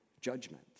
judgment